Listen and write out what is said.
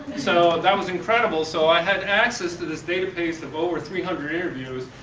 so that was incredible, so i had access to this database of over three hundred interviews,